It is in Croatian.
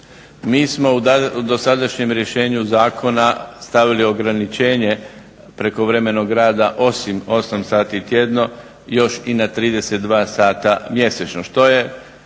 Mi smo u dosadašnjem rješenju zakona stavili ograničenje prekovremenog osim 8 sati tjedno još i na 32 mjesečno